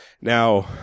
Now